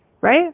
right